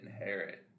inherit